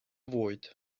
fwyd